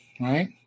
right